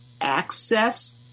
Access